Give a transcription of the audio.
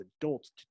adults